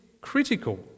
critical